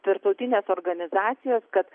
tarptautinės organizacijos kad